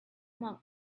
monk